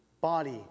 Body